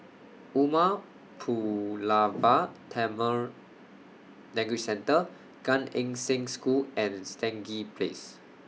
Umar Pulavar Tamil Language Centre Gan Eng Seng School and Stangee Place